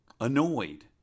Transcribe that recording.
annoyed